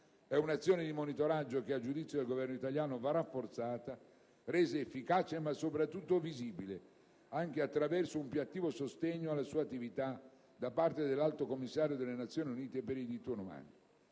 di un'azione di monitoraggio che, a giudizio del Governo italiano, va rafforzata, resa efficace, ma soprattutto visibile, anche attraverso un più attivo sostegno alla sua attività da parte dell'Alto Commissariato delle Nazioni Unite per i diritti umani.